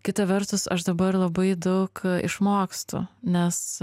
kita vertus aš dabar labai daug išmokstu nes